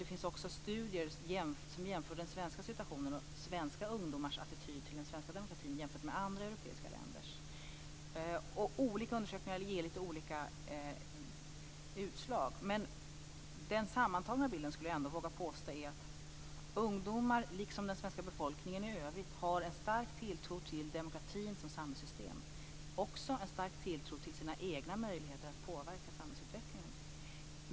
Det finns också studier som jämför den svenska situationen och svenska ungdomars attityd till den svenska demokratin med ungdomars attityd till demokratin i andra europeiska länder. Olika undersökningar ger lite olika utslag. Men jag skulle ändå våga påstå att den sammantagna bilden är att ungdomar, liksom den svenska befolkningen i övrigt, har en stark tilltro till demokratin som samhällssystem och också till sina egna möjligheter att påverka samhällsutvecklingen.